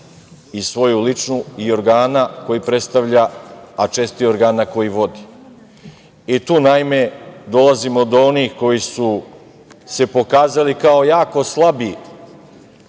i svoju ličnu i organa koji predstavlja, a često i organa koji vodi. Tu naime dolazimo do onih koji su se pokazali kao jako slabi